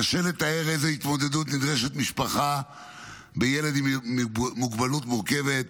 קשה לתאר לאיזו התמודדות נדרשת משפחה עם ילד עם מוגבלות מורכבת,